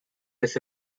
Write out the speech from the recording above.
this